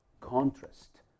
contrast